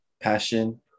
passion